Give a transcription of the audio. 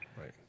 right